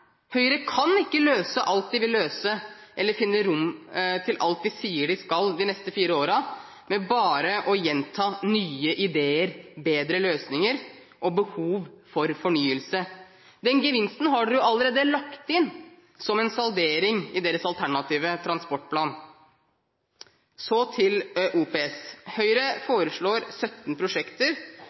Høyre kan ikke løse alt partiet vil løse, eller finne rom til alt det sier det skal de neste fire årene, ved bare å gjenta «nye idéer», «bedre løsninger» og «behov for fornyelse» – den gevinsten har de jo allerede lagt inn som en saldering i sin alternative transportplan. Så til OPS: Høyre foreslår 17 prosjekter.